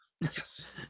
Yes